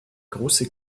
große